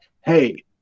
hey